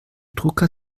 drucker